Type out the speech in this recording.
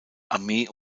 armee